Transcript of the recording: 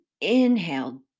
inhale